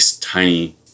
tiny